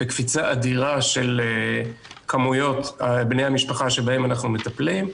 בקפיצה אדירה של כמויות בני המשפחה שבהם אנחנו מטפלים.